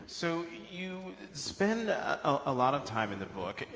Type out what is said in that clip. so you spend a lot of time in the book.